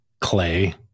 clay